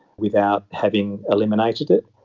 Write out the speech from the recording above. without having eliminated it,